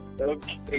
Okay